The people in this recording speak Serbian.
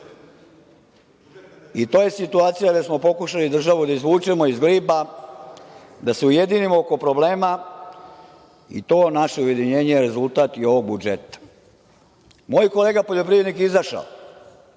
i to je situacija gde smo pokušali državu da izvučemo iz gliba, da se ujedinimo oko problema i to naše ujedinjenje je rezultat i ovog budžeta. Moj kolega poljoprivrednik je izašao.